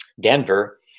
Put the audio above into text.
Denver